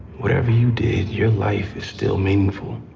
whatever you did, your life is still meaningful.